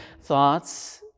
thoughts